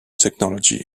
technology